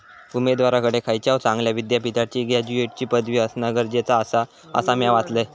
उमेदवाराकडे खयच्याव चांगल्या विद्यापीठाची ग्रॅज्युएटची पदवी असणा गरजेचा आसा, असा म्या वाचलंय